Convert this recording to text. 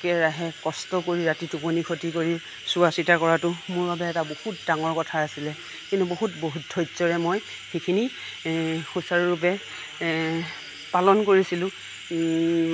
একেৰাহে কষ্ট কৰি ৰাতি টোপনি খতি কৰি চোৱা চিতা কৰাতো মোৰ বাবে এটা বহুত ডাঙৰ কথা আছিলে কিন্তু বহুত বহুত ধৈৰ্যৰে মই সেইখিনি সুচাৰুৰূপে পালন কৰিছিলোঁ